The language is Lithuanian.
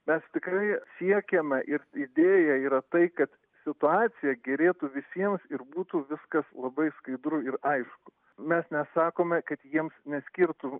mes tikrai siekiame ir idėja yra tai kad situacija gerėtų visiems ir būtų viskas labai skaidru ir aišku mes nesakome kad jiems neskirtų